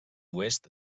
oest